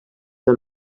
pas